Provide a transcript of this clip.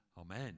amen